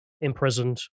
imprisoned